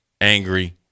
angry